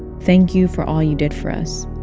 thank you for all you did for us.